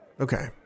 Okay